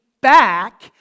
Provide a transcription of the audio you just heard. back